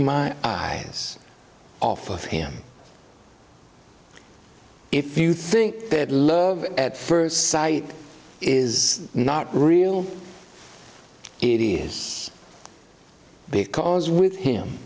my eyes off of him if you think that love at first sight is not real it is because with him